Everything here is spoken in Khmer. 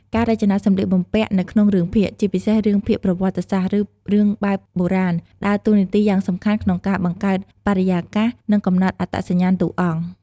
ការរចនាសម្លៀកបំពាក់នៅក្នុងរឿងភាគ ជាពិសេសរឿងភាគប្រវត្តិសាស្ត្រ ឬរឿងបែបបុរាណ ដើរតួនាទីយ៉ាងសំខាន់ក្នុងការបង្កើតបរិយាកាស និងកំណត់អត្តសញ្ញាណតួអង្គ។